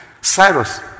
Cyrus